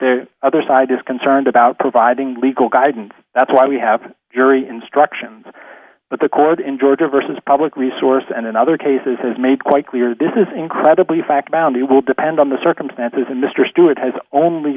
are other side is concerned about providing legal guidance that's why we have jury instructions but the court in georgia versus public resource and in other cases has made quite clear this is incredibly fact bound it will depend on the circumstances and mr stewart has only